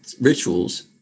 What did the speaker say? rituals